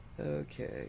Okay